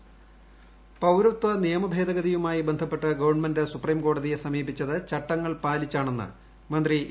ബാലൻ intro പൌരത്വ നിയമ ഭേദഗതിയുമായി ബന്ധപ്പെട്ട് ഗവൺമെന്റ് സുപ്രീംകോടതിയെ സമീപിച്ചത് ചട്ടങ്ങൾ പ്ടാലിച്ചാണെന്ന് മന്ത്രി എ